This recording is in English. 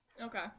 Okay